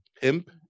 pimp